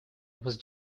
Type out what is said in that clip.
was